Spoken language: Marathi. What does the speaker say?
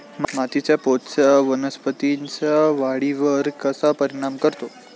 मातीच्या पोतचा वनस्पतींच्या वाढीवर कसा परिणाम करतो?